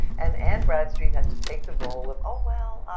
and anne bradstreet had to take the role of oh well,